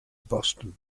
boston